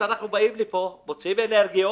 אנחנו באים לפה, מוציאים אנרגיות,